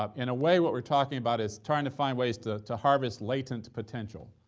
um in a way what we're talking about is trying to find ways to to harvest latent potential.